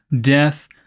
death